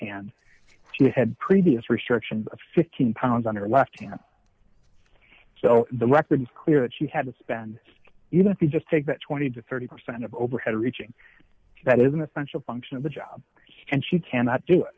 hand she had previous restriction of fifteen pounds on her left hand so the record is clear that she had to spend even if you just take that twenty to thirty percent of overhead reaching that is an essential function of the job and she cannot do it